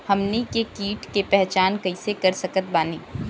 हमनी के कीट के पहचान कइसे कर सकत बानी?